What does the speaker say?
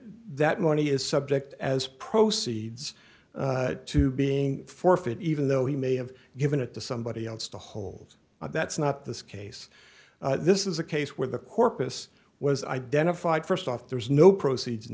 that money is subject as proceeds to being forfeit even though he may have given it to somebody else to hold that's not the case this is a case where the corpus was identified st off there's no proceeds in